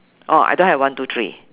oh I don't have one two three